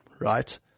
right